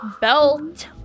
belt